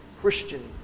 Christian